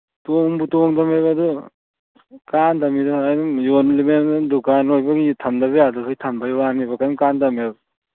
ꯇꯣꯡꯕꯨ ꯇꯣꯡꯗꯃꯦꯕ ꯑꯗꯨ ꯀꯥꯟꯅꯗꯕꯅꯤꯗ ꯅꯪ ꯌꯣꯜꯂꯤꯕꯅꯦꯅ ꯗꯨꯀꯥꯟ ꯑꯣꯏꯕꯒꯤ ꯊꯝꯗꯕ ꯌꯥꯗꯕꯒꯤ ꯊꯝꯕ ꯋꯥꯅꯤꯕ ꯀꯔꯤꯝꯇ ꯀꯥꯅꯗꯕꯅꯦꯕ